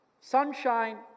sunshine